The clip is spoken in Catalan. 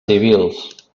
civils